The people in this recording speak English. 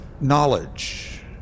Knowledge